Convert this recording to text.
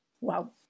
Wow